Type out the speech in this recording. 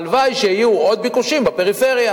הלוואי שיהיו עוד ביקושים בפריפריה.